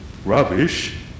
Rubbish